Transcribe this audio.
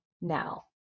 now